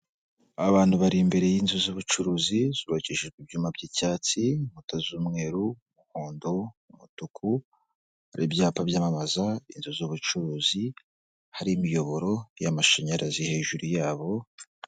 Abantu bari imbere y'inzu z'ubucuruzi, zubakishijwe ibyuma by'icyatsi, inkuta z'umweru, umuhondo, umutuku, hari byapa byamamaza inzu z'ubucuruzi, hari imiyoboro y'amashanyarazi hejuru yabo.